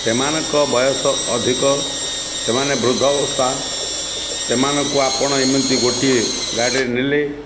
ସେମାନଙ୍କ ବୟସ ଅଧିକ ସେମାନେ ବୃଦ୍ଧ ଅବସ୍ଥା ସେମାନଙ୍କୁ ଆପଣ ଏମିତି ଗୋଟିଏ ଗାଡ଼ିରେ ନେଲେ